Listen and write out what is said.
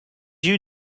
you